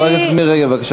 חברת הכנסת מירי רגב, בבקשה.